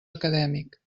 acadèmic